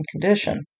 condition